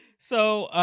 so,